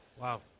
Wow